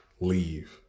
leave